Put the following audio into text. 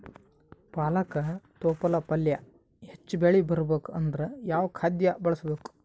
ಪಾಲಕ ತೊಪಲ ಪಲ್ಯ ಹೆಚ್ಚ ಬೆಳಿ ಬರಬೇಕು ಅಂದರ ಯಾವ ಖಾದ್ಯ ಬಳಸಬೇಕು?